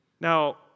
Now